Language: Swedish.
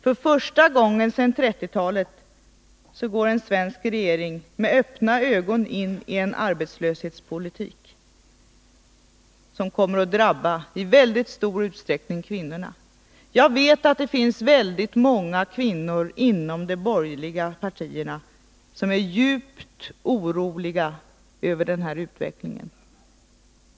För första gången sedan 1930-talet går en svensk regering med öppna ögon in i en arbetslöshetspolitik, som i mycket stor utsträckning kommer att drabba kvinnorna. Jag vet att det finns oerhört många kvinnor inom de borgerliga partierna som är djupt oroliga över denna utveckling.